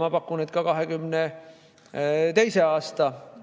Ma pakun, et ka 2022. aasta